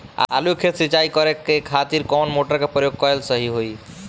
आलू के खेत सिंचाई करे के खातिर कौन मोटर के प्रयोग कएल सही होई?